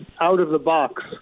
out-of-the-box